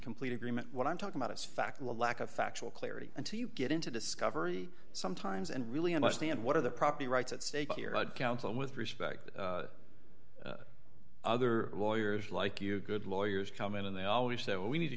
complete agreement what i'm talking about is fact a lack of factual clarity until you get into discovery sometimes and really understand what are the property rights at stake here counsel with respect to other lawyers like you good lawyers come in and they always say we need to